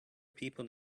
people